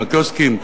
הקיוסקים,